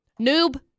Noob